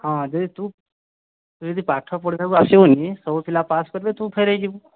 ହଁ ଯଦି ତୁ ଯଦି ପାଠ ପଢ଼ିବାକୁ ଆସିବୁନି ସବୁ ପିଲା ପାସ୍ କରିବେ ତୁ ଫେଲ୍ ହୋଇଯିବୁ